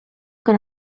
con